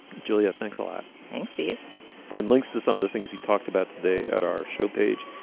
julia thanks a lot. thanks to you find links to some of the things we talked about today at our show page.